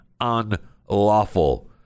unlawful